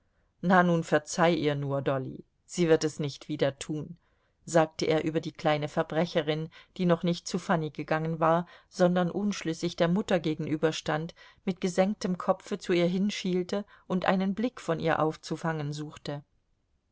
na nun verzeih ihr nur dolly sie wird es nicht wieder tun sagte er über die kleine verbrecherin die noch nicht zu fanny gegangen war sondern unschlüssig der mutter gegenüberstand mit gesenktem kopfe zu ihr hinschielte und einen blick von ihr aufzufangen suchte